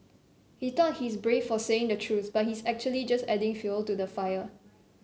he thought his brave for saying the truth but his actually just adding fuel to the fire